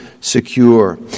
secure